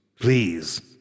Please